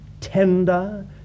tender